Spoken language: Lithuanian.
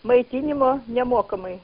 maitinimo nemokamai